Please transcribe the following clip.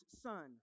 son